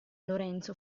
lorenzo